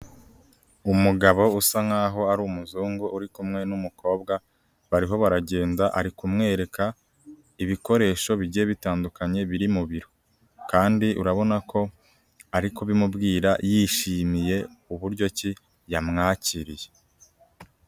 umugabo usa nkaho ari umuzungu uri kumwe n'umukobwa bariho baragenda ari kumwereka ibikoresho bigiye bitandukanye biri mu biro kandi urabona ko ari kubimubwira yishimiye uburyo ki yamwakiriye.